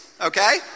okay